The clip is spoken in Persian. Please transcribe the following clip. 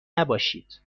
نباشید